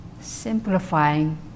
Simplifying